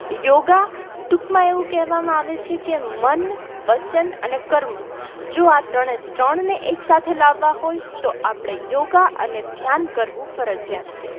યોગ ટૂંકમાં એવું કહેવામાં આવે છે કે મન વચન અને કર્મ જો આ ત્રણે ત્રણને એકસાથે લાવવાં હોય તો આપણે યોગ અને ધ્યાન કરવું ફરજિયાત છે